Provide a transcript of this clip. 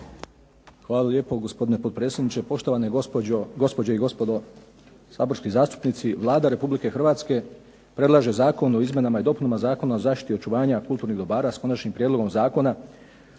Hvala lijepo gospodine potpredsjedniče. Poštovane gospođe i gospodo saborski zastupnici, Vlada Republike Hrvatske predlaže Zakon o izmjenama i dopunama Zakona o zaštiti očuvanja kulturnih dobara s konačnim prijedlogom zakona